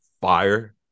fire